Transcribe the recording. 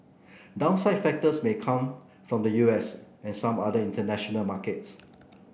downside factors may come from the U S and some other international markets